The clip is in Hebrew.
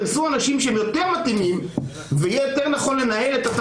בסוף יש ערך למקצועיות, לניסיון של אותו אדם.